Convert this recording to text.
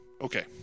Okay